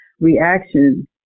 reaction